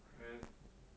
then